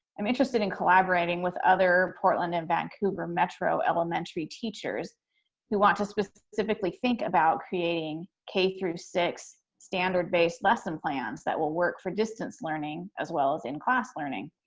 i'm interested in collaborating with other portland and vancouver metro elementary teachers who want to specifically think about creating k through six standard based lesson plans that will work for distance learning, as well as in class learning.